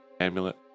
amulet